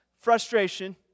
frustration